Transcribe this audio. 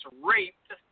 raped